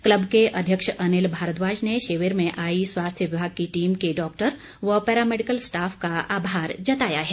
club के अध्यक्ष अनिल भारद्वाज ने शिविर में आई स्वास्थ्य विभाग की टीम के डॉक्टर व पैरामेडिकल स्टाफ का आभार जताया है